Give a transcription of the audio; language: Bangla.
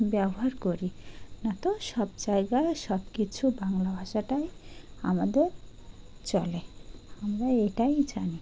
ব্যবহার করি না তো সব জায়গায় সব কিছু বাংলা ভাষাটাই আমাদের চলে আমরা এটাই জানি